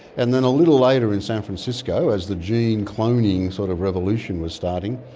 and then a little later in san francisco as the gene cloning sort of revolution was starting,